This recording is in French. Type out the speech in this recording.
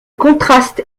contraste